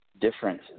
different